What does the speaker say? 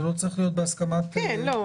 זה לא צריך להיות בהסכמת היושב-ראש,